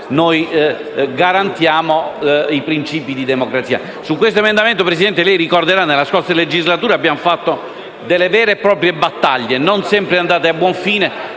noi garantiamo i principi di democrazia. Su questo emendamento, signor Presidente, lei ricorderà che nella scorsa legislatura abbiamo fatto delle vere e proprie battaglie, non sempre andate a buon fine.